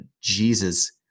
jesus